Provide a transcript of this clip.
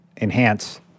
enhance